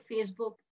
Facebook